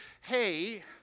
hey